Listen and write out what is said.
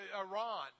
Iran